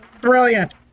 Brilliant